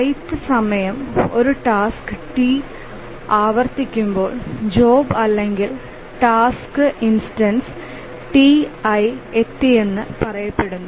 ithസമയം ഒരു task t ആവർത്തിക്കുമ്പോൾ ജോബ അല്ലെങ്കിൽ ടാസ്ക് ഇൻസ്റ്റൻസ് Ti എത്തിയെന്ന് പറയപ്പെടുന്നു